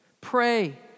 Pray